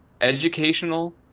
educational